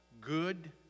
good